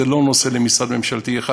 זה לא נושא למשרד ממשלתי אחד.